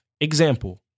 Example